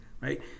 right